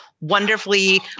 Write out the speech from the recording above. wonderfully